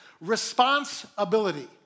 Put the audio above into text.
Responsibility